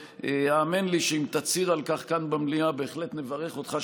והאמן לי שאם תצהיר על כך כאן במליאה בהחלט נברך אותך,